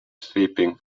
sweeping